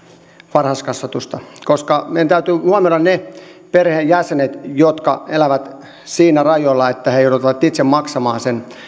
varhaiskasvatusta koska meidän täytyy huomioida ne perheenjäsenet jotka elävät siinä rajoilla että he joutuvat itse maksamaan sen